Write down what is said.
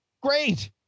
great